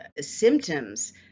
symptoms